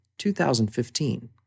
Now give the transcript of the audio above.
2015